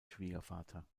schwiegervater